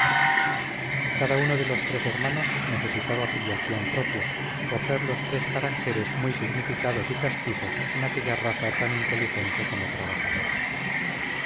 cada uno de los tres hermanos necesita filiación propia por ser los tres caracteres muy significados y castizos en aquella raza tan inteligente como trabajadora